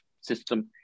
system